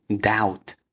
doubt